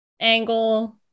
angle